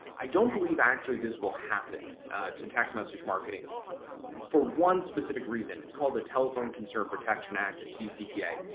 i don't believe actually this will happen to text message marketing for one specific reason. it's called the telephone consumer protection act, the tcpa,